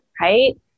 Right